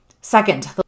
Second